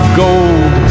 gold